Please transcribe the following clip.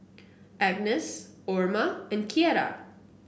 Agness Orma and Kierra